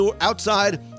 outside